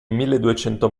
milleduecento